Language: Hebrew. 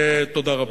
תודה רבה.